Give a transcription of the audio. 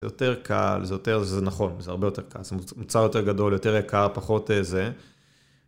זה יותר קל, זה יותר נכון, זה הרבה יותר קל, זה מוצר יותר גדול, יותר יקר, פחות איזה.